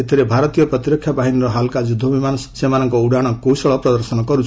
ଏଥିରେ ଭାରତୀୟ ପ୍ରତିରକ୍ଷା ବାହିନୀର ହାଲ୍କା ଯୁଦ୍ଧବିମାନ ମାନ ସେମାନଙ୍କର ଉଡାଣ କୌଶଳ ପ୍ରଦର୍ଶନ କରୁଛନ୍ତି